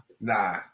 Nah